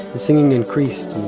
the singing increased,